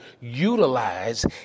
utilize